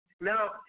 Now